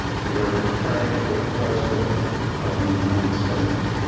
you're praying for the president of the united states.